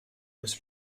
was